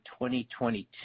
2022